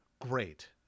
great